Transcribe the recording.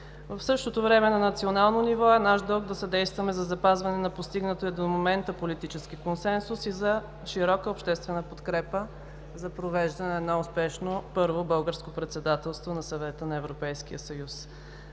В същото време на национално ниво е наш дълг да съдействаме за запазване на постигнатия до момента политически консенсус и за широка обществена подкрепа за провеждане на едно успешно първо Българско председателство на Съвета на Европейския съюз.